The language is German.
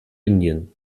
indien